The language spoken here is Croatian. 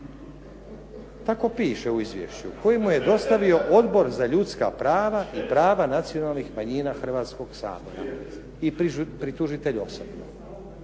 tako piše uz izvješću kojemu je dostavio Odbor za ljudska prava i prava nacionalnih manjina Hrvatskog sabora i ptitužitelj osobno.